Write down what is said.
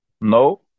No